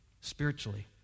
spiritually